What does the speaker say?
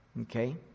Okay